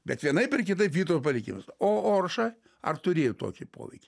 bet vienaip ar kitaip vytauto palikimas o orša ar turėjo tokį poveikį